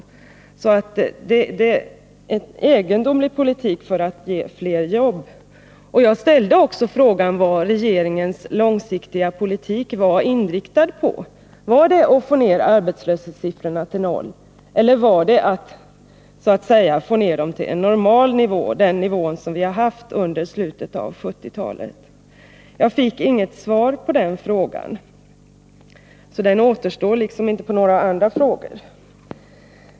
Det är alltså en egendomlig politik om man vill åstadkomma flera jobb. Jag ställde också frågan vad regeringens långsiktiga politik är inriktad på — är det att få ned arbetslöshetssiffrorna till noll eller är det att så att säga få ned dem till en ”normal” nivå, den nivå som de legat på under slutet av 1970-talet? Jag fick inget svar på den frågan — den återstår alltså att besvara — och inte heller på några andra frågor.